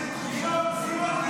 -- יש לי תחושה --- סימון, סימון,